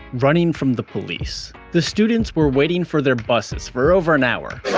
running from the police the students were waiting for their buses for over an hour.